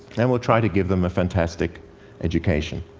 and we'll try to give them a fantastic education.